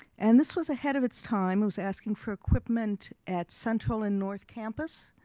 and this was ahead of its time. it was asking for equipment at central and north campus.